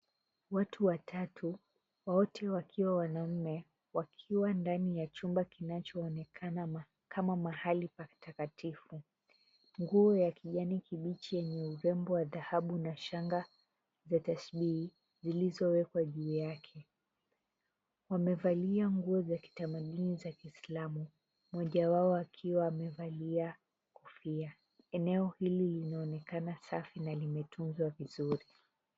Watu watatu, wote wakiwa wanaume wakiwa ndani ya chumba kinachoonekana kama mahali pa kitakatifu. Nguo ya kijani kibichi yenye urembo wa dhahabu na shanga za tashbihi zilizowekwa juu yake. Wamevalia nguo ya kitamaduni za Kiislamu mmoja wao akiwa amevalia kofia. Eneo hili linaonekana safi na limetunzwa vizuri.